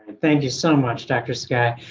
thank you so much doctor. sugai,